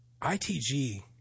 ITG